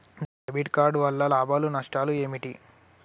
Debit card వల్ల లాభాలు నష్టాలు ఏమిటి?